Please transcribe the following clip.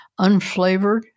Unflavored